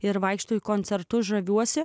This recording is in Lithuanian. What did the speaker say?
ir vaikštau į koncertus žaviuosi